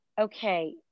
okay